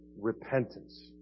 repentance